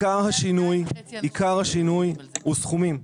עיקר השינוי הוא סכומים,